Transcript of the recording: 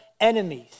enemies